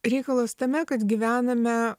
reikalas tame kad gyvename